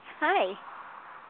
Hi